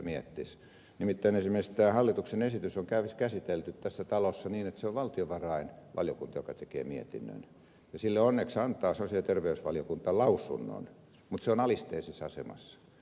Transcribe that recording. nimittäin esimerkiksi tämä hallituksen esitys on käsitelty tässä talossa niin että se on valtiovarainvaliokunta joka tekee mietinnön ja sille onneksi antaa sosiaali ja terveysvaliokunta lausunnon mutta se on alisteisessa asemassa